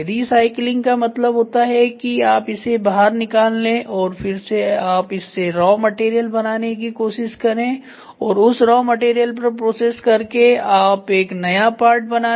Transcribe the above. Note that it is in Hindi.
रीसाइक्लिंग का मतलब होता है कि आप इसे बाहर निकाल ले और फिर आप इससे रॉ मटेरियल बनाने की कोशिश करें और उस रॉ मैटेरियल पर प्रोसेस करके आप एक नया पार्ट बना ले